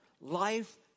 life